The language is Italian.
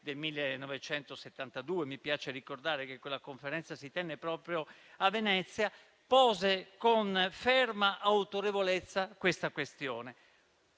del 1972 (mi piace ricordare che quella conferenza si tenne proprio a Venezia), pose con ferma autorevolezza questa questione.